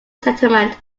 settlement